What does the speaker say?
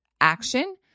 action